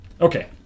okay